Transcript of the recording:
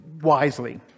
wisely